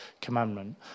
commandment